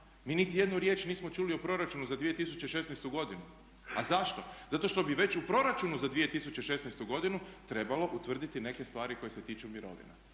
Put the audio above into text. mi nitijednu riječ nismo čuli o Proračunu za 2016. godinu. A zašto? Zato što bi već u Proračunu za 2016. godinu trebalo utvrditi neke stvari koje se tiču mirovina.